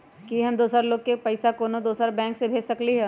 कि हम दोसर लोग के पइसा कोनो दोसर बैंक से भेज सकली ह?